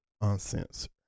Uncensored